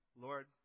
Lord